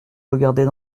regardait